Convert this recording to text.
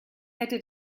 hätte